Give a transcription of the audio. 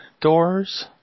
doors